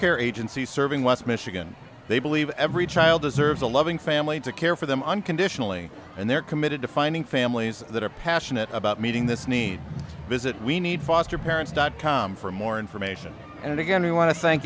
care agency serving west michigan they believe every child deserves a loving family to care for them unconditionally and they're committed to finding families that are passionate about meeting this need visit we need foster parents dot com for more information and again we want to thank